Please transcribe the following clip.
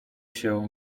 się